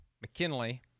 McKinley